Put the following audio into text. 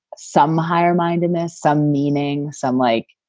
some higher mindedness, some meaning, some like.